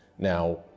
Now